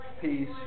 peace